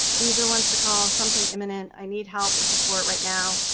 these are the ones to call something imminent i need help or support right now,